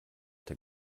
der